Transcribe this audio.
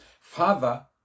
Father